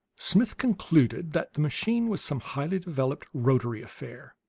smith concluded that the machine was some highly developed rotary affair,